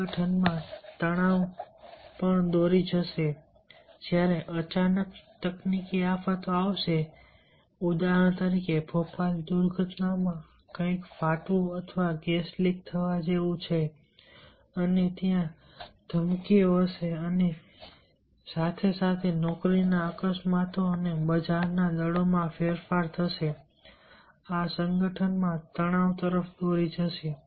સંગઠનમાં તણાવ પણ દોરી જશે જ્યારે અચાનક તકનીકી આફતો આવશે ત્યારે ઉદાહરણ તરીકે ભોપાલ દુર્ઘટનામાં કંઈક ફાટવું અથવા ગેસ લીક થવા જેવું છે અને ત્યાં ધમકીઓ હશે અને સાથે સાથે નોકરીના અકસ્માતો અને બજારના દળોમાં ફેરફાર થશે આ સંગઠનમાં તણાવ તરફ દોરી જશે